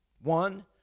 One